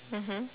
mmhmm